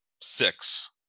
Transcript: six